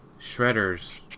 Shredders